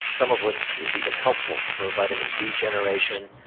some of which is even helpful for vitamin d generation.